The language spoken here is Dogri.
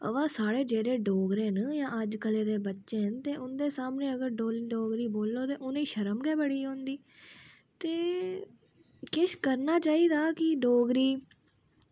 अवा साढ़ै जेह्के डोगरे न अज्जै कल्ले दे बच्चे न उंदे सामनै डोगरी बोल्लो ते उनें शर्म गै बड़ी औंदी ते किश करना चाहिदा कि डोगरी